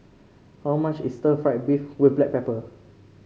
how much is stir fry beef with Black Pepper